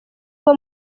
uko